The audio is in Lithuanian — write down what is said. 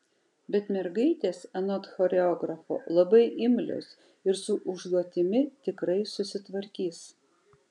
bet mergaitės anot choreografo labai imlios ir su užduotimi tikrai susitvarkys